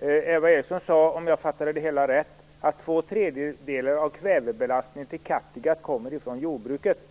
Eva Eriksson sade, om jag uppfattade rätt, att två tredjedelar av kvävebelastningen på Kattegatt kommer från jordbruket.